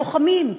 לוחמים,